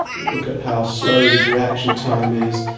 you look at how slow his reaction time is,